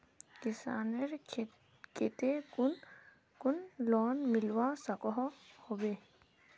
किसानेर केते कुन कुन लोन मिलवा सकोहो होबे?